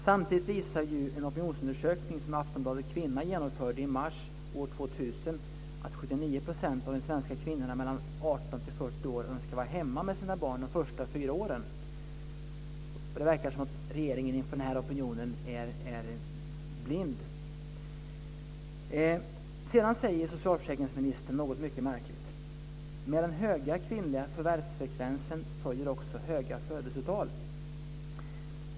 Samtidigt visar en opinionsundersökning som 79 % av de svenska kvinnorna mellan 18 och 40 år önskar vara hemma med sina barn de första fyra åren. Inför denna opinion verkar regeringen vara blind. Sedan säger socialförsäkringsministern något mycket märkligt: "Med den höga kvinnliga förvärvsfrekvensen följer också höga födelsetal."